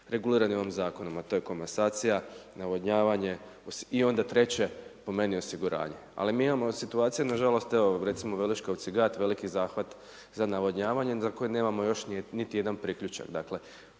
regulirani ovim zakonom a to je komasacija, navodnjavanje i onda treće po meni osiguranje. Ali mi imamo situacije nažalost evo recimo .../Govornik se ne razumije./... veliki zahvat za navodnjavanje za koji nemamo još niti jedan priključak. Dakle,